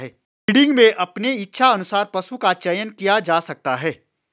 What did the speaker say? breeding में अपने इच्छा अनुसार पशु का चयन किया जा सकता है